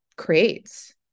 Creates